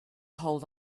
hold